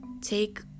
take